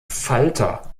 falter